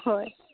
হয়